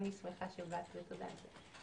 אני שמחה שבאת, ותודה על זה.